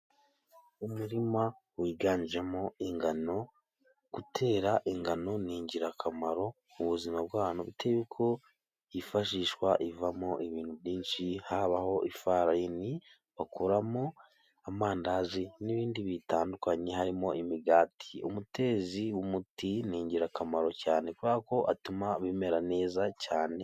Umurima wiganjemo ingano, gutera ingano ni ingirakamaro mu buzima bw'abantu, bitewe ko Zifashishwa zivamo ibintu byinshi havamo ifararini bakoramo amandazi n'ibindi bitandukanye, harimo imigati, umutezi w'umuti ni ingirakamaro cyane kuko atuma bimera neza cyane.